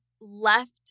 left